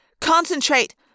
concentrate